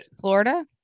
Florida